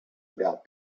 about